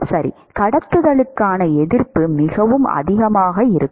சரி கடத்துதலுக்கான எதிர்ப்பு மிகவும் அதிகமாக இருக்கும்